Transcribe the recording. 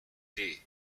dee